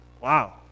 Wow